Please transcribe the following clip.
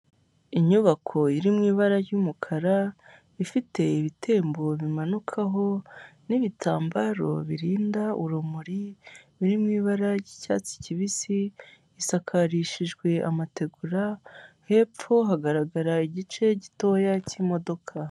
Inyubako iri mu ibara ry'umukara, ifite ibitembo bimanukaho, n'ibitambaro birinda urumuri, biri mu ibara ry'icyatsi kibisi, isakarishijwe amategura, hepfo hagaragara igice gitoya cy'imodoka.